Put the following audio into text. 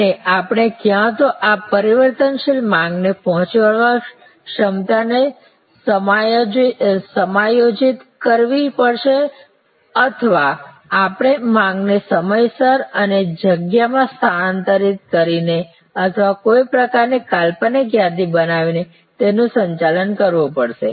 અને આપણે કાં તો આ પરિવર્તનશીલ માંગને પહોંચી વળવા ક્ષમતાને સમાયોજિત કરવી પડશે અથવા આપણે માંગને સમયસર અને જગ્યામાં સ્થાનાંતરિત કરીને અથવા કોઈ પ્રકારની કાલ્પનિક યાદી બનાવીને તેનું સંચાલન કરવું પડશે